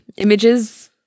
Images